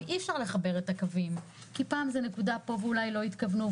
ואי אפשר לחבר את הקווים כי פעם זה נקודה פה ואולי לא התכוונו,